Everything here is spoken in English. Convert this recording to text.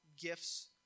gifts